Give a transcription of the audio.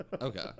okay